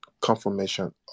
confirmation